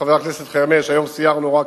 חבר הכנסת חרמש, היום סיירנו רק